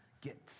get